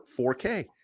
4k